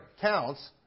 counts